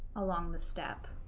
along the steppe.